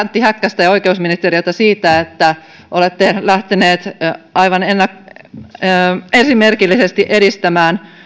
antti häkkästä ja oikeusministeriötä siitä että olette lähteneet aivan esimerkillisesti edistämään